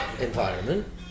environment